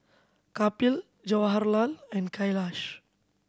Kapil Jawaharlal and Kailash